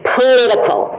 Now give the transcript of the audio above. political